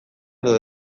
edo